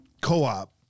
co-op